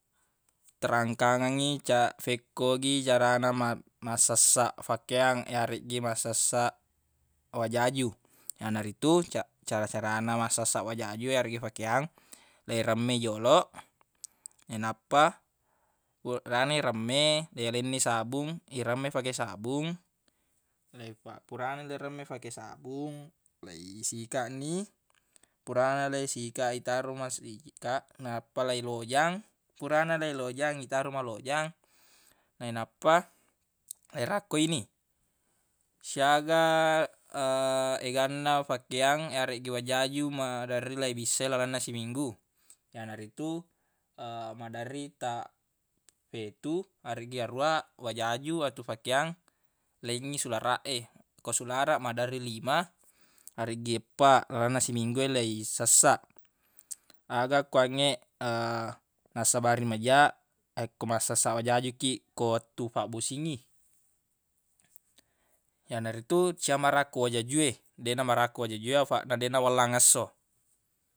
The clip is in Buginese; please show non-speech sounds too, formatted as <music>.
Terangkangengngi ca- fekko gi carana ma- massessaq fakeang yareggi massessaq wajaju yanaritu ca- cara-carana massessaq wajaju e yariggi fakeang leiremme joloq nainappa reanne remme leiyalenni sabung iremme fake sabung leifa- furana iremme fake sabung leisikaq ni furana leisikaq itaro masikaq nappa leilojang furana leilojang itaro malojang nainappa leirakko ni siaga <hesitation> eganna fakeang yareggi wajaju maderri leibissai lalenna siminggu yanaritu <hesitation> maderri ta fetu areggi aruwa wajaju atu fakeang lengngi sularaq e ko sularaq maderri lima areggi eppa lalenna siminggu e leisessaq aga kuangnge <hesitation> nassabari maja akko massessaq wajaju kiq ko wettu fabbosingngi yanaritu cia marakko wajaju e deq namarakko wajaju e afaq deq nawellang esso.